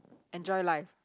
enjoy life